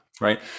right